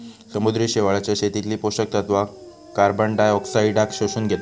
समुद्री शेवाळाच्या शेतीतली पोषक तत्वा कार्बनडायऑक्साईडाक शोषून घेतत